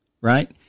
right